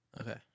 Okay